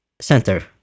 center